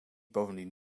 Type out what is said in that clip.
bovendien